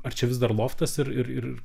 ar čia vis dar loftas ir ir